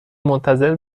منتظر